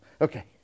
Okay